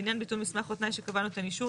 לעניין ביטול מסמך או תנאי שקבע נותן אישור,